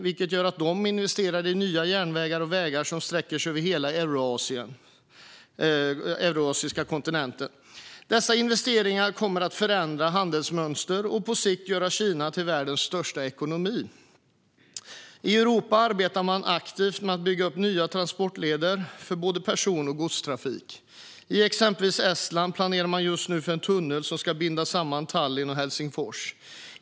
Det gör att de investerar i nya järnvägar och vägar som sträcker sig över hela den euroasiatiska kontinenten. Dessa investeringar kommer att förändra handelsmönster och på sikt göra Kina till världens största ekonomi. I Europa arbetar man aktivt med att bygga upp nya transportleder för både person och godstrafik. I exempelvis Estland planerar man just nu för en tunnel som ska binda samman Tallinn och Helsingfors.